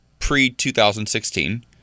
pre-2016